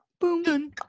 boom